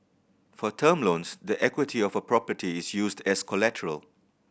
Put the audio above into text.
for term loans the equity of a property is used as collateral